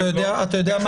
שמחה, שמחה, אתה יודע מה?